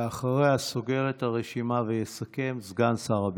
אחריה, סוגר את הרשימה ויסכם סגן שר הביטחון.